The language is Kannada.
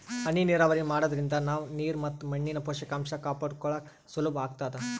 ಹನಿ ನೀರಾವರಿ ಮಾಡಾದ್ರಿಂದ ನಾವ್ ನೀರ್ ಮತ್ ಮಣ್ಣಿನ್ ಪೋಷಕಾಂಷ ಕಾಪಾಡ್ಕೋಳಕ್ ಸುಲಭ್ ಆಗ್ತದಾ